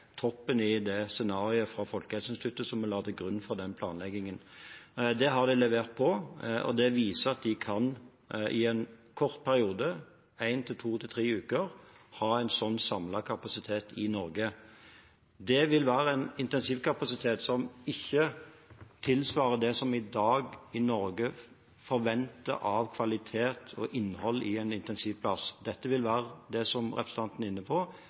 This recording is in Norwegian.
toppen i scenarioet fra Folkehelseinstituttet som vi la til grunn for den planleggingen. Det har de levert på, og det viser at de i en kort periode, én til tre uker, kan ha en sånn samlet kapasitet i Norge. Det vil være en intensivkapasitet som ikke tilsvarer det som vi i dag i Norge forventer av kvalitet og innhold i en intensivplass. Dette vil være, som representanten er inne på,